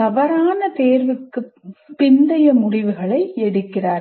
தவறான தேர்வுக்கு பிந்தைய முடிவுகளை எடுக்கிறார்கள்